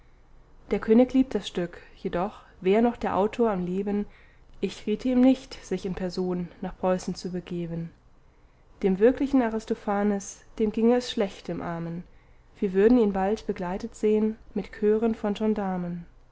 der könig liebt das stück jedoch wär noch der autor am leben ich riete ihm nicht sich in person nach preußen zu begeben dem wirklichen aristophanes dem ginge es schlecht dem armen wir würden ihn bald begleitet sehn mit chören von gendarmen